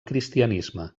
cristianisme